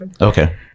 Okay